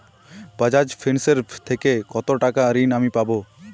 বাজাজ ফিন্সেরভ থেকে কতো টাকা ঋণ আমি পাবো?